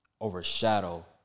overshadow